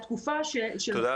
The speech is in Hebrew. תודה